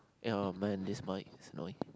ya man this mate this mate